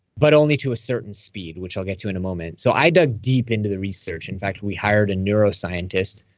but only to a certain speed, which i'll get to in a moment. so i dug deep into the research. in fact, we hired a neuroscientist,